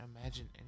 imagine